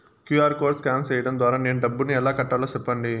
QR code scan సేయడం ద్వారా నేను డబ్బును ఎలా కట్టాలో సెప్పండి?